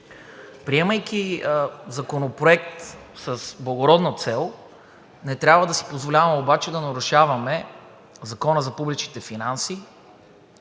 приемайки законопроект с благородна цел, не трябва да си позволяваме обаче да нарушаваме Закона за публичните финанси